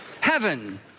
Heaven